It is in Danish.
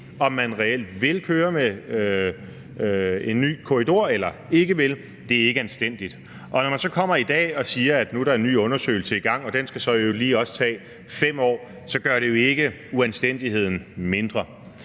om man reelt vil køre med en ny korridor eller ikke vil – er ikke anstændigt. Og når man så kommer i dag og siger, at der nu er en ny undersøgelse i gang, og at den så i øvrigt også lige skal tage 5 år, så gør det jo ikke uanstændigheden mindre.